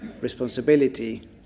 responsibility